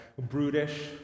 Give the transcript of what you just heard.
brutish